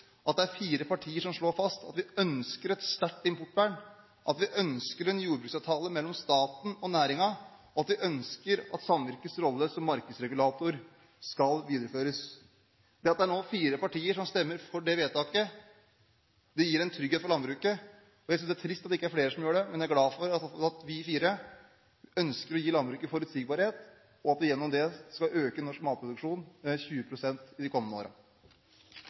at det er fire partier som slår fast at vi ønsker et sterkt importvern, at vi ønsker en jordbruksavtale mellom staten og næringen, og at vi ønsker at samvirkets rolle som markedsregulator skal videreføres. Det at det nå er fire partier som stemmer for forslaget, gir en trygghet for landbruket. Jeg synes det er trist at ikke flere gjør det, men jeg er glad for at vi fire ønsker å gi landbruket forutsigbarhet, og at vi gjennom det skal øke norsk matproduksjon med 20 pst. de kommende